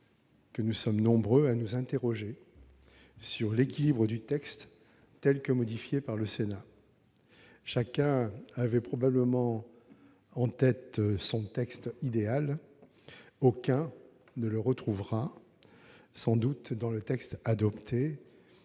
que nous sommes nombreux à nous interroger sur l'équilibre du texte, tel qu'il a été modifié par le Sénat. Chacun avait probablement en tête son texte idéal ; aucun ne le retrouvera sans doute dans le texte adopté,